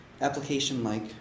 application-like